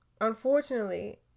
Unfortunately